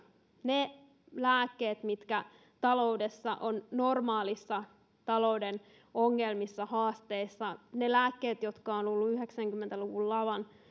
ne vanhat lääkkeet joita taloudessa on normaaleissa talouden ongelmissa haasteissa ne lääkkeet jotka ovat olleet yhdeksänkymmentä luvun laman